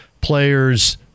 players